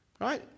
right